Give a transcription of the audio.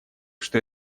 что